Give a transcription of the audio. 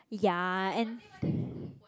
ya and